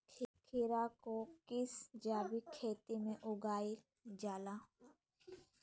खीरा को किस जैविक खेती में उगाई जाला?